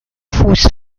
fuß